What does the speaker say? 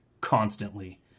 constantly